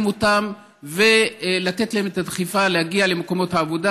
אותן ולתת להן את הדחיפה להגיע למקומות העבודה.